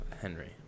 henry